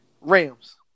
Rams